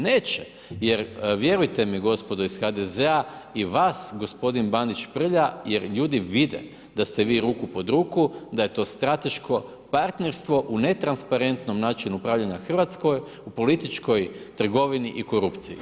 Neće, jer vjerujte mi gospodo iz HDZ-a i vas gospodin Bandić prlja, jer ljudi vide da ste vi ruku pod ruku da je to strateško partnerstvo u netransparentnom načinu upravljanja Hrvatskoj političkoj trgovini i korupciji.